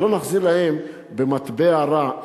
שלא נחזיר להם במטבע רע,